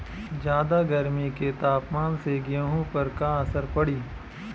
ज्यादा गर्मी के तापमान से गेहूँ पर का असर पड़ी?